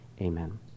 Amen